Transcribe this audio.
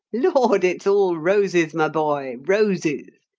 lord, it's all roses my boy, roses!